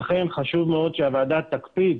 לכן חשוב מאוד שהוועדה תקפיד